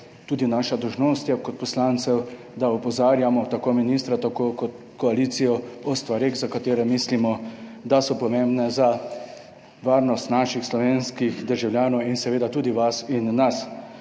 tudi naša dolžnost je kot poslancev, da opozarjamo tako ministra tako kot koalicijo o stvareh za katere mislimo, da so pomembne za varnost naših slovenskih državljanov in seveda tudi vas in nas.